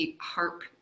harp